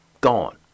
Gone